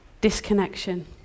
disconnection